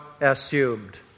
assumed